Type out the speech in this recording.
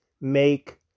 make